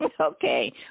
okay